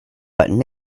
button